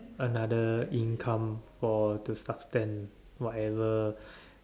another income for to suspend whatever